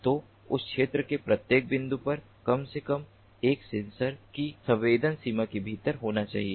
तो उस क्षेत्र के प्रत्येक बिंदु पर कम से कम एक सेंसर की संवेदन सीमा के भीतर होना चाहिए